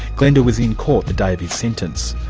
glenda was in court the day of his sentence.